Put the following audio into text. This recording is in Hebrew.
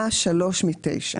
היה שלוש מתשע.